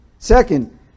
Second